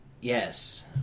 Yes